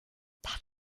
that